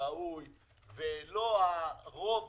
ראוי, ולא הרוב